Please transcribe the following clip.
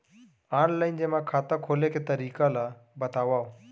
Online जेमा खाता खोले के तरीका ल बतावव?